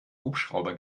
hubschrauber